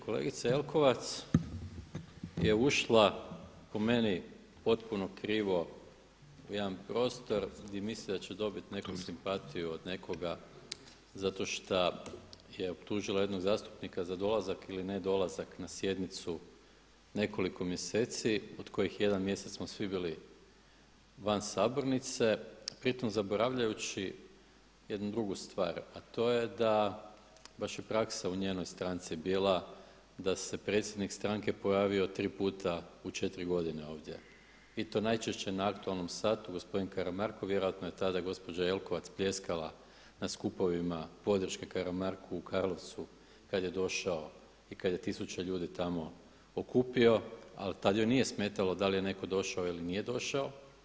Kolegica Jelkovac je ušla po meni potpuno krivo u jedan prostor gdje misli da će dobiti simpatiju od nekoga zato šta je optužila jednog zastupnika za dolazak ili nedolazak na sjednicu nekoliko mjeseci od kojih jedan mjesec smo svi bili van Sabornice pritom zaboravljajući jednu drugu stvar a to je da baš je praksa u njenoj stranci bila da se predsjednik stranke pojavio tri puta u četiri godine ovdje i to najčešće na aktualnom satu, gospodin Karamarko, vjerojatno je tada gospođa Jelkovac pljeskala na skupovima podrške Karamarku u Karlovcu kad je došao i kad je tisuće ljudi tamo okupio ali tad joj nije smetalo da li je netko došao ili nije došao.